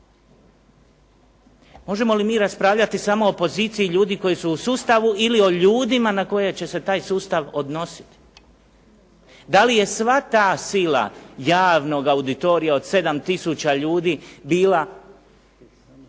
Možemo li mi raspravljati samo o poziciji ljudi koji su u sustavu ili o ljudima na koje će se taj sustav odnositi? Da li je sva ta sila javnog auditorija od 7 tisuća ljudi bila